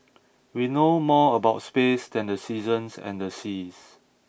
we know more about space than the seasons and the seas